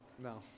No